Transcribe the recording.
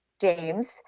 James